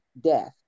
death